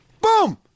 Boom